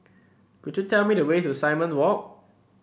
could you tell me the way to Simon Walk